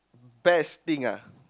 best thing ah